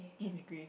it's grey